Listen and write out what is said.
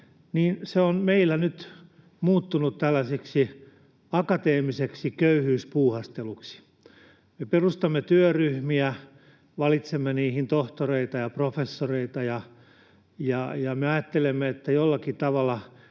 on meillä nyt muuttunut tällaiseksi akateemiseksi köyhyyspuuhasteluksi. Me perustamme työryhmiä, valitsemme niihin tohtoreita ja professoreita ja me ajattelemme, että jollakin tavalla